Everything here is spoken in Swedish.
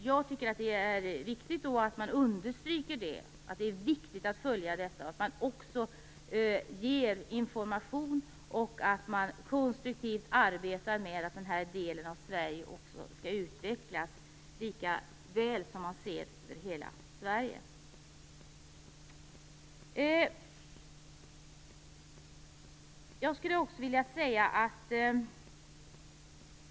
Jag tycker att det är viktigt att understryka att man skall följa detta. Det är också viktigt att man ger information, och att man konstruktivt arbetar med att den här delen av Sverige skall utvecklas lika väl som hela Sverige.